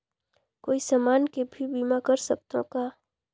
कोई समान के भी बीमा कर सकथव का?